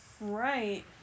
Right